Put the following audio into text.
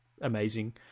amazing